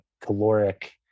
caloric